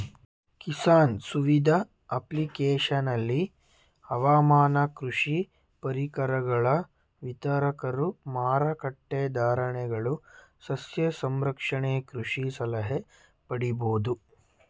ಕಿಸಾನ್ ಸುವಿಧ ಅಪ್ಲಿಕೇಶನಲ್ಲಿ ಹವಾಮಾನ ಕೃಷಿ ಪರಿಕರಗಳ ವಿತರಕರು ಮಾರಕಟ್ಟೆ ಧಾರಣೆಗಳು ಸಸ್ಯ ಸಂರಕ್ಷಣೆ ಕೃಷಿ ಸಲಹೆ ಪಡಿಬೋದು